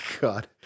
God